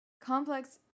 complex